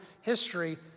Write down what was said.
history